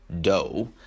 dough